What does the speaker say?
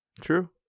True